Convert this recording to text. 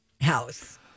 house